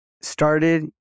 started